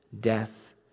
death